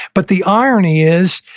but the irony is,